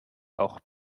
auch